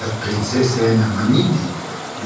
tad princesė ėmė manyti